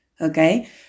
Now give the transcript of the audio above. Okay